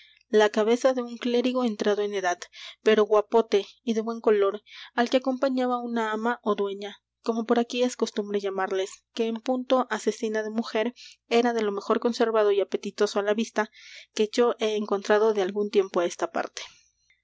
la cabeza de un clérigo entrado en edad pero guapote y de buen color al que acompañaba una ama ó dueña como por aquí es costumbre llamarles que en punto á cecina de mujer era de lo mejor conservado y apetitoso á la vista que yo he encontrado de algún tiempo á esta parte